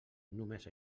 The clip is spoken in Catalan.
només